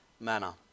manner